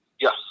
Yes